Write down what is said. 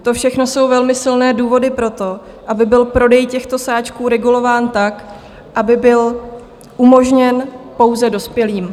To všechno jsou velmi silné důvody pro to, aby byl prodej těchto sáčků regulován tak, aby byl umožněn pouze dospělým.